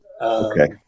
Okay